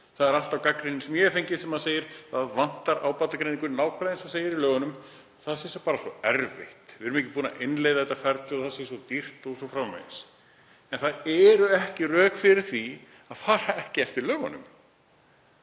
Það er alltaf gagnrýnin sem ég hef fengið þegar ég hef sagt að það vanti ábatagreiningu nákvæmlega eins og segir í lögunum, að það sé bara svo erfitt. Við erum ekki búin að innleiða þetta ferli og það sé svo dýrt o.s.frv. En það eru ekki rök fyrir því að fara ekki eftir lögunum.